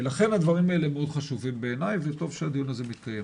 לכן הדברים האלה מאוד חשובים בעיני וטוב שהדיון הזה מקיים.